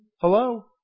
Hello